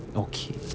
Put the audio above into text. okay